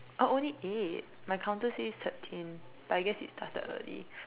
oh only eight my counter says thirteen I guess it stared early